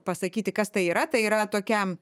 pasakyti kas tai yra tai yra tokia